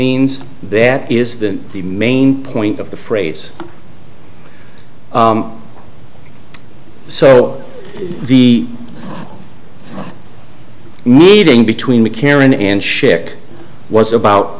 means that is that the main point of the phrase so the meeting between the karen and shipped was about